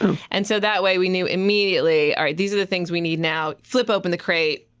and so that way we knew immediately, all right, these are the things we need now. flip open the crate.